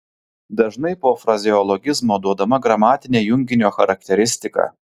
dažnai po frazeologizmo duodama gramatinė junginio charakteristika